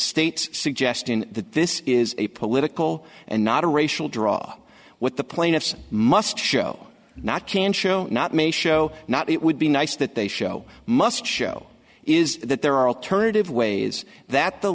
state's suggestion that this is a political and not a racial draw what the plaintiffs must show not can show not may show not it would be nice that they show must show is that there are alternative ways that the